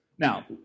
Now